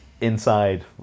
inside